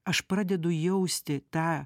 aš pradedu jausti tą